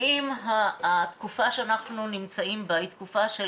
ואם התקופה שאנחנו נמצאים בה היא תקופה של